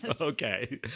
okay